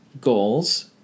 goals